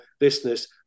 listeners